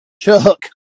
Chuck